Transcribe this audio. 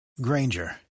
Granger